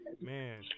man